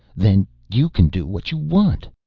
then you can do what you want.